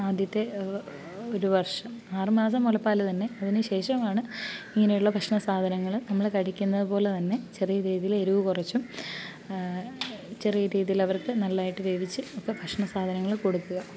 ആദ്യത്തെ ഒരു ഒരു വർഷം ആറുമാസം മുലപ്പാലുതന്നെ അതിനുശഷംമാണ് ഇങ്ങനെയുള്ള ഭക്ഷണസാധനങ്ങള് നമ്മള് കഴിക്കുന്നതുപോലെ തന്നെ ചെറിയരീതിയിൽ എരിവ് കുറച്ചും ചെറിയ രീതിയിലവർക്ക് നന്നായിട്ട് വേവിച്ച് ഭക്ഷണസാധനങ്ങള് കൊടുക്കാം